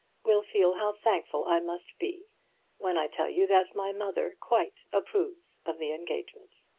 will feel how thankful i must be when i tell you that my mother quite approves of the engagement.